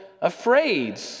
afraid